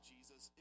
Jesus